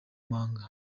manga